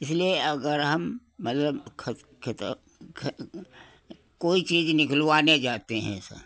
इसलिए अगर हम मतलब खत कोई चीज़ निकलवाने जाते हैं सर